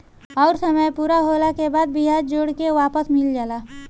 अउर समय पूरा होला के बाद बियाज जोड़ के वापस मिल जाला